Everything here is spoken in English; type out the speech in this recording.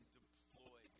deploy